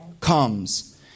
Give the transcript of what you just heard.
comes